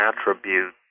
attribute